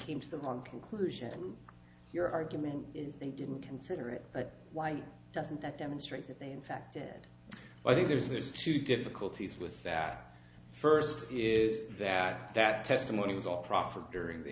came to the wrong conclusion and your argument is they didn't consider it but why doesn't that demonstrate that they in fact did i think there's there's two difficulties with that first is that that testimony was all proffered during